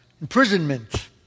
imprisonment